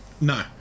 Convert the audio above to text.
No